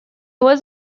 was